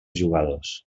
jugadors